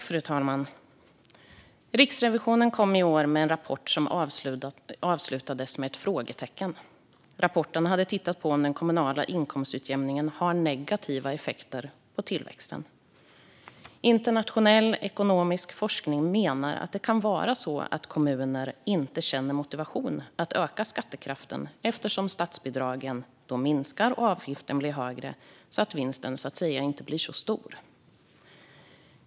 Fru talman! Riksrevisionen kom i år med en rapport som avslutades med ett frågetecken. Man hade i rapporten tittat på om den kommunala inkomstutjämningen har negativa effekter på tillväxten. Internationell ekonomisk forskning menar att det kan vara så att kommuner inte känner motivation att öka skattekraften eftersom statsbidragen då minskar och avgiften blir högre så att vinsten så att säga inte blir så stor.